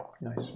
Nice